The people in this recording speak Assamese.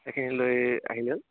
সেইখিনি লৈ আহিলে হ'ল